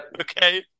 Okay